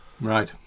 Right